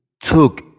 took